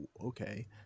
okay